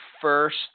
first